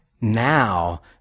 Now